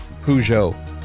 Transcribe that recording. peugeot